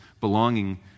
belonging